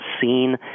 seen